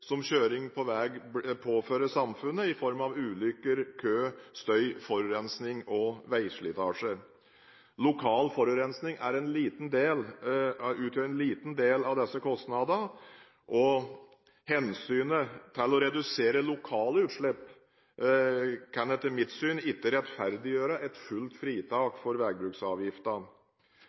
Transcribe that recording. som kjøring på vei påfører samfunnet i form av ulykker, kø, støy, forurensning og veislitasje. Lokal forurensning utgjør en liten del av disse kostnadene, og hensynet til å redusere lokale utslipp kan etter mitt syn ikke rettferdiggjøre et fullt fritak for